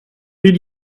did